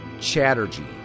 Chatterjee